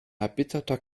erbitterter